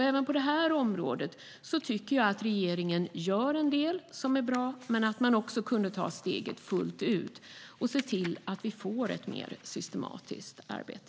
Även på detta område tycker jag att regeringen gör en del som är bra men att man också kunde ta steget fullt ut och se till att vi får ett mer systematiskt arbete.